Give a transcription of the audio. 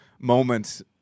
moments